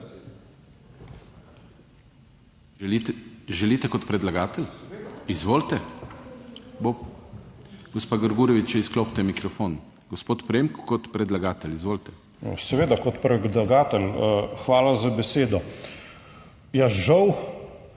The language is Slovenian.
Hvala za besedo.